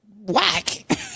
whack